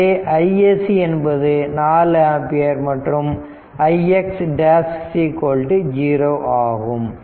எனவே isc என்பது 4 ampere மற்றும் ix ' 0 ஆகும்